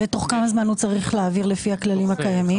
תוך כמה זמן הוא צריך להעביר, לפי הכללים הקיימים,